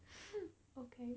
okay